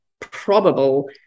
probable